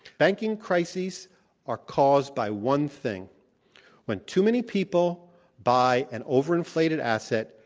banking crises are caused by one thing when too many people buy an overinflated asset,